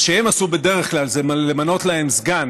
מה שהם עשו בדרך כלל זה למנות להם סגן